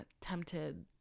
tempted